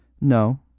No